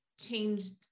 changed